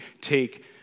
take